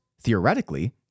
theoretically